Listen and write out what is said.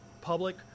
public